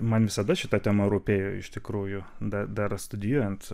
man visada šita tema rūpėjo iš tikrųjų dar dar studijuojant